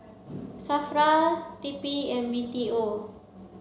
SAFRA T P and B T O